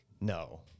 No